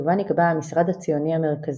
ובה נקבע המשרד הציוני המרכזי.